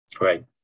Right